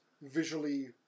visually